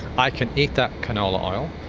i can eat that canola oil,